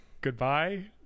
goodbye